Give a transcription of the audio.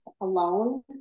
alone